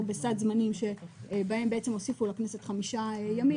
בסד זמנים שבהם הוסיפו לכנסת חמישה ימים,